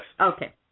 Okay